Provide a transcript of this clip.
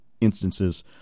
instances